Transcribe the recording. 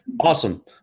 awesome